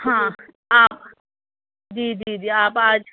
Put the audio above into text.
ہاں آپ جی جی جی آپ آج